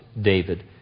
David